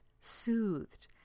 soothed